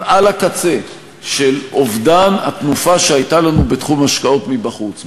על הקצה של אובדן התנופה שהייתה לנו בתחום ההשקעות מבחוץ,